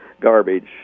garbage